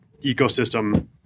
ecosystem